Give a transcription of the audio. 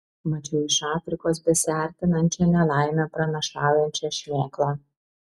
mačiau iš afrikos besiartinančią nelaimę pranašaujančią šmėklą